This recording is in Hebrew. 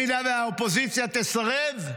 שאם האופוזיציה תסרב,